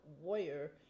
warrior